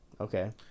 okay